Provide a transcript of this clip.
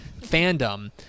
fandom